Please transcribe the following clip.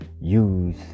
use